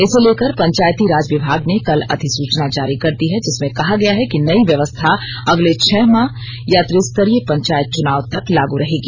इसे लेकर पंचायती राज विभाग ने कल अधिसूचना जारी कर दी है जिसमें कहा गया है कि नई व्यवस्था अगले छह माह या त्रिस्तरीय पंचायत चुनाव तक लागू रहेगी